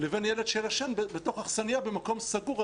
לבין ילד שישן בתוך אכסניה במקום סגור.